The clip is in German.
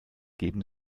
geben